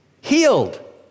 Healed